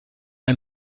ein